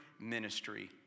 ministry